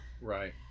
Right